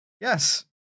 Yes